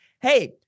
Hey